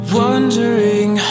wondering